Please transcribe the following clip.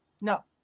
No